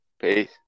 Peace